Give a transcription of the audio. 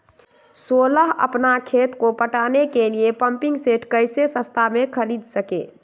सोलह अपना खेत को पटाने के लिए पम्पिंग सेट कैसे सस्ता मे खरीद सके?